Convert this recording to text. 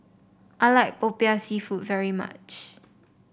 I like Popiah seafood very much